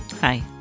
Hi